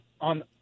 on